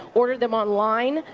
order them on-line,